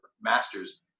masters